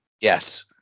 Yes